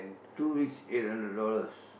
two weeks eight hundred dollars